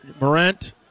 Morant